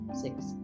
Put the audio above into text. six